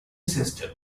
system